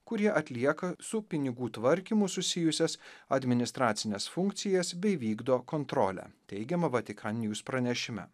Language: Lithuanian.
kurie atlieka su pinigų tvarkymu susijusias administracines funkcijas bei vykdo kontrolę teigiama vatikan njūz pranešime